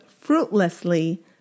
fruitlessly